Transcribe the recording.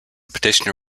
petitioner